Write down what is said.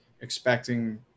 expecting